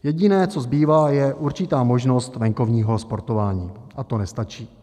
Jediné, co zbývá, je určitá možnost venkovního sportování, a to nestačí.